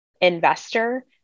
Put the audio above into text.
investor